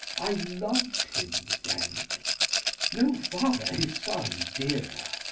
i lov'd him, friend no father his son dearer.